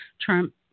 Trump